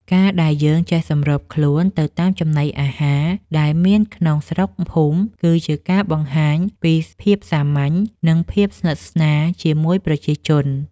ការដែលយើងចេះសម្របខ្លួនទៅតាមចំណីអាហារដែលមានក្នុងស្រុកភូមិ គឺជាការបង្ហាញពីភាពសាមញ្ញ និងភាពស្និទ្ធស្នាលជាមួយប្រជាជន។